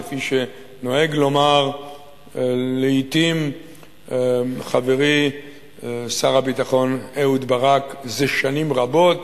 כפי שנוהג לומר לעתים חברי שר הביטחון אהוד ברק זה שנים רבות: